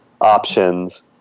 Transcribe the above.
options